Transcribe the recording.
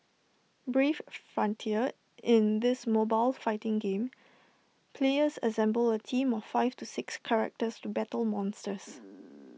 brave frontier in this mobile fighting game players assemble A team of five to six characters to battle monsters